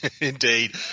indeed